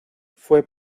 fue